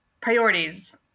priorities